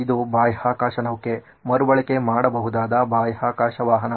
ಇದು ಬಾಹ್ಯಾಕಾಶ ನೌಕೆ ಮರುಬಳಕೆ ಮಾಡಬಹುದಾದ ಬಾಹ್ಯಾಕಾಶ ವಾಹನ